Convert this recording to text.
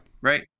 Right